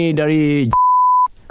dari